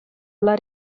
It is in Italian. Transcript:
alla